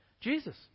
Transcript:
Jesus